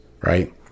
right